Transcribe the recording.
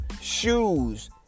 shoes